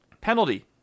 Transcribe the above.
Penalty